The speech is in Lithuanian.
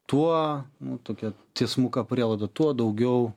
tuo tokia tiesmuka prielaida tuo daugiau